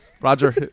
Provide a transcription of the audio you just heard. Roger